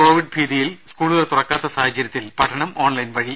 Covid ഭീതിയിൽ സ്കൂളുകൾ തുറക്കാത്ത സാഹചര്യത്തിൽ പഠനം ഓൺലൈൻ വഴി